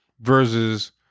versus